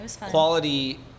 quality